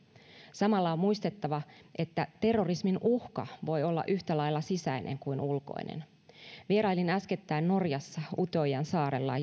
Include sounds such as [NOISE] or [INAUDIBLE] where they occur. samalla on muistettava että terrorismin uhka voi olla yhtä lailla sisäinen kuin ulkoinen vierailin äskettäin norjassa utöyan saarella [UNINTELLIGIBLE]